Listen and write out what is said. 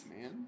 man